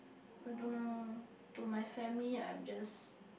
I don't know to my family I'm just